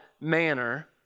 manner